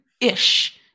ish